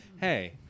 hey